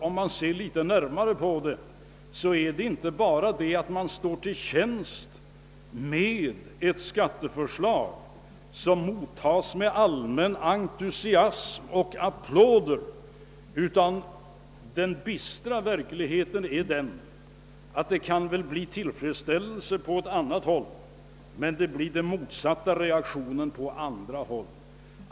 Om man ser litet närmare på saken finner man därför att det inte bara är fråga om att stå till tjänst med ett skatteförslag, som mottas med allmän entusiasm och applåder, utan att den bistra verkligheten är den, att det kan bli tillfredsställelse på ett håll men motsatt reaktion på andra håll.